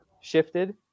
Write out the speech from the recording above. shifted